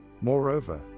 Moreover